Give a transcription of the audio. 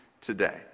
today